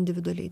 individualiai